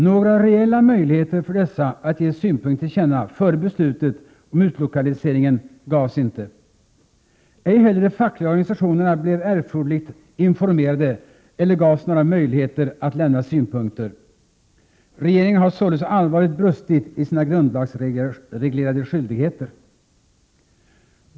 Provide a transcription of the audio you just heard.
Några reella möjligheter för dessa att ge synpunkter till känna före beslutet om utlokaliseringen gavs inte. Ej heller de fackliga organisationerna blev erforderligt informerade eller gavs några möjligheter att lämna synpunkter. Regeringen har således allvarligt brustit i sina grundlagsreglerade skyldigheter.